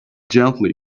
gently